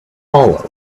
hollow